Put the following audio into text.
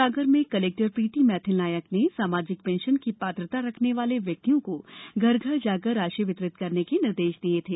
सा र में कलेक्टर श्रीमती प्रीति मैथिल नायक ने सामाजिक पेंशन की पात्रता रखने वाले व्यक्तियों को घर घर जाकर राशि वितरित करने के निर्देश दिए थेए थे